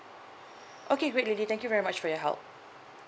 okay great lily thank you very much for your help